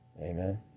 Amen